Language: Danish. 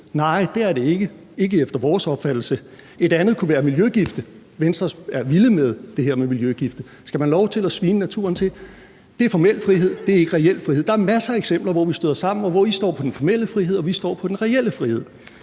Nej, det er det ikke efter vores opfattelse. Et tredje eksempel kunne være miljøgifte. Venstre er vilde med miljøgifte. Skal man have lov til at svine naturen til? Det er formel frihed, det er ikke reel frihed. Der er masser af eksempler, hvor vi støder sammen, og hvor Venstre står på den formelle frihed og vi står på den reelle frihed